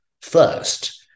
first